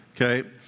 Okay